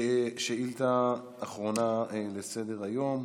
שאילתה אחרונה בסדר-היום.